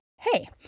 Hey